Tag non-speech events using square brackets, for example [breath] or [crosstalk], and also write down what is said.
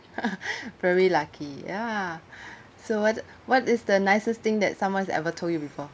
[laughs] very lucky ya [breath] so what what is the nicest thing that someone's ever told you before